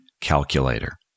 calculator